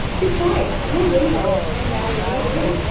besides, lord illingworth may marry any day.